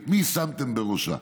את מי שמתם בראשה?